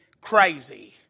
crazy